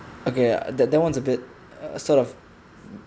okay that that one's a bit sort of